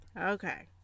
Okay